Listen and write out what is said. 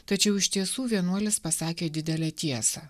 tačiau iš tiesų vienuolis pasakė didelę tiesą